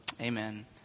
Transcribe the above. Amen